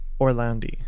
Orlandi